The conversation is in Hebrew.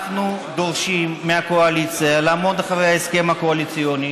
אנחנו דורשים מהקואליציה לעמוד מאחורי ההסכם הקואליציוני